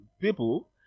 people